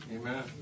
Amen